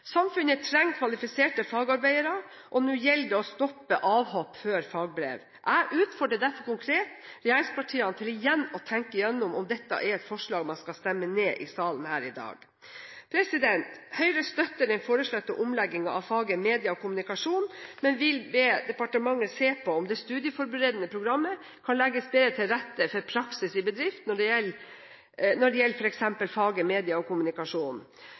Samfunnet trenger kvalifiserte fagarbeidere, og nå gjelder det å stoppe avhopp før fagbrev. Jeg utfordrer derfor konkret regjeringspartiene til igjen å tenke igjennom om dette er et forslag man skal stemme ned i salen her i dag. Høyre støtter den foreslåtte omleggingen av faget medier og kommunikasjon, men vil be departementet se på om det i det studieforberedende programmet kan legges bedre til rette for praksis i bedrift